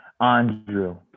Andrew